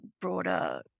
broader